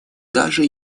даже